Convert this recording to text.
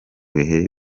bihe